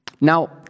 Now